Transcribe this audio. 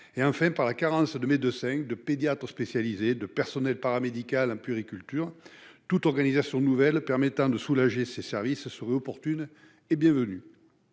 par la carence de médecins, de pédiatres spécialisés et de personnel paramédical en puériculture, toute organisation nouvelle permettant de soulager ces services serait opportune et bienvenue.